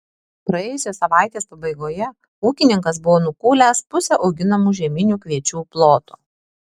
praėjusios savaitės pabaigoje ūkininkas buvo nukūlęs pusę auginamų žieminių kviečių ploto